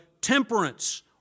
temperance